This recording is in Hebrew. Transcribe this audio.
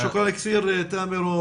תודה תאמר.